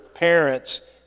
parents